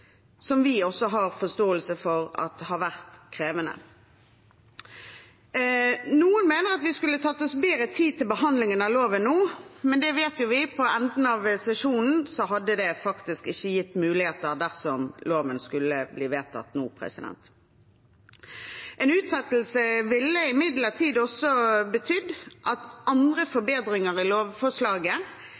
som vi også har forståelse for at har vært krevende. Noen mener at vi skulle tatt oss bedre tid til behandling av loven nå, men vi vet at på slutten av sesjonen hadde det faktisk ikke vært mulig dersom loven skulle bli vedtatt nå. En utsettelse ville betydd at andre forbedringer i lovforslaget